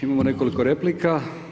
Imamo nekoliko replika.